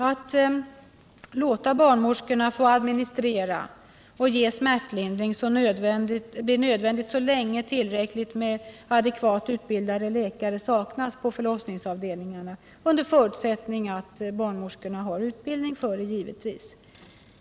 Att låta barnmorskorna få administrera och ge smärtlindring blir nödvändigt så länge tillräckligt med adekvat utbildade läkare saknas på förlossningsavdelningarna — givetvis under förutsättning att barnmorskorna har utbildning för det.